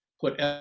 put